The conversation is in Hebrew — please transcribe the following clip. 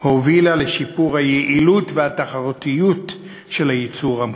על כך הובילה לשיפור היעילות והתחרותיות של הייצור המקומי.